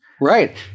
Right